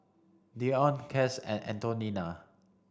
Deante Cass and Antonina